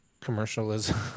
commercialism